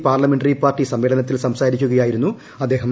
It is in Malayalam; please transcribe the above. പാർലമെന്ററി പാർട്ടി സമ്മേളനത്തിൽ സംസാരിക്കുകയായിരുന്നു അദ്ദേഹം